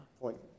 Point